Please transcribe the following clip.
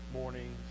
morning